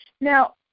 Now